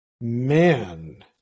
man